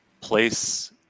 place